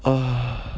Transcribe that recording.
ugh